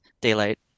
daylight